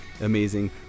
amazing